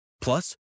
Plus